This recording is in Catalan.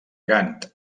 gant